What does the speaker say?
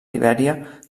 libèria